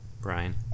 Brian